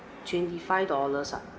twenty five dollars ah